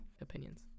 opinions